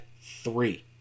three